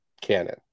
canon